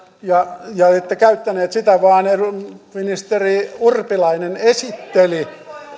ettekä käyttäneet sitä vaan ministeri urpilainen esitteli